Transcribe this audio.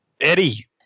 Eddie